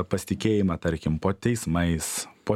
pasitikėjimą tarkim po teismais po